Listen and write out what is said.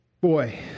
Boy